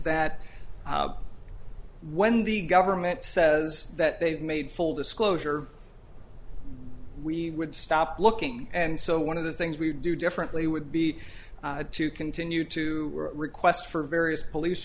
that when the government says that they made full disclosure we would stop looking and so one of the things we would do differently would be to continue to request for various police